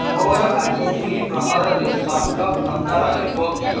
ମୋର ଆଜି ଦ୍ଵିପ୍ରହରରେ ସନ୍ ବ୍ଲକ୍ ଦରକାର ହେବ କି